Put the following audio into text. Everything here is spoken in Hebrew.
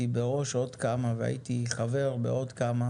בראש עוד כמה והייתי חבר בעוד כמה,